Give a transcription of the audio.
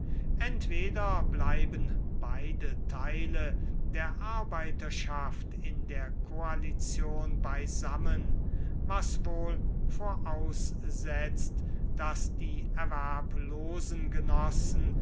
entweder bleiben beide teile der arbeiterschaft in der koalition beisammen was wohl voraussetzt daß die erwerblosen genossen